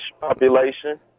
population